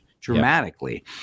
dramatically